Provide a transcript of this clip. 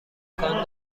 امکان